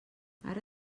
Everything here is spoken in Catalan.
ara